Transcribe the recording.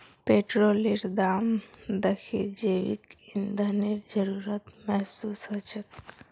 पेट्रोलेर दाम दखे जैविक ईंधनेर जरूरत महसूस ह छेक